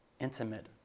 intimate